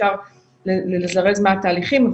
אפשר לזרז מעט תהליכים,